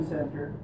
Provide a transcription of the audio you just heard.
Center